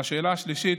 לשאלה השלישית,